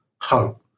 hope